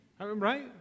Right